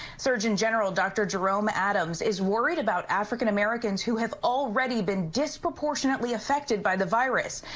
surgeon general dr. jerome adams is worried about african-americans who have already been disproportionately affected by the virus.